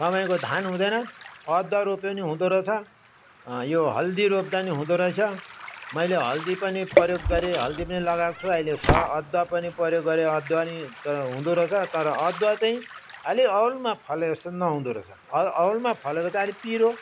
तपाईँको धान हुँदैन अदुवा रोप्यो पनि हुँदो रहेछ यो हल्दी रोप्दा पनि हुँदो रहेछ मैले हल्दी पनि प्रयोग गरेँ हल्दी पनि लगाएको छु अहिले छ अदुवा पनि प्रयोग गरेँ अदुवा पनि हुँदो रहेछ तर अदुवा चाहिँ अलि औलमा फलेको जस्तो नहुँदो रहेछ औ औलमा फलेको चाहिँ अलिक पिरो